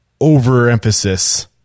overemphasis